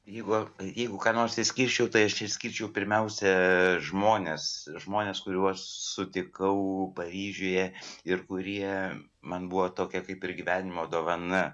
jeigu jeigu ką nors išskirčiau tai aš išskirčiau pirmiausia žmones žmones kuriuos sutikau paryžiuje ir kurie man buvo tokia kaip ir gyvenimo dovana